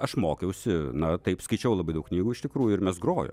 aš mokiausi na taip skaičiau labai daug knygų iš tikrųjų ir mes grojom